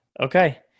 Okay